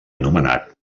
anomenat